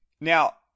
Now